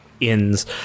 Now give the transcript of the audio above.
inns